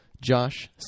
Josh